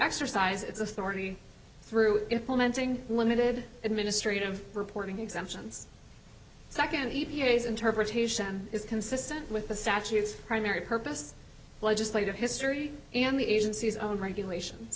exercise its authority through implementing limited administrative reporting exemptions second e p a s interpretation is consistent with the statutes primary purpose legislative history and the agency's own regulations